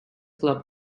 club